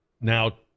now